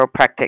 chiropractic